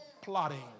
plotting